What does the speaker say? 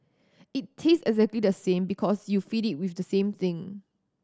it taste exactly the same because you feed it with the same thing